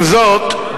עם זאת,